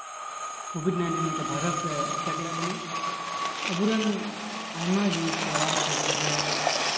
covid nineteen ᱢᱤᱫᱴᱮᱱ ᱵᱷᱟᱭᱨᱟᱥᱮ ᱮᱴᱮᱠ ᱞᱮᱫ ᱵᱚᱱᱟ ᱟᱵᱚ ᱨᱮᱱ ᱟᱭᱢᱟ ᱜᱮ ᱯᱮᱲᱟ ᱯᱟᱹᱨᱵᱷᱟᱹ ᱥᱮ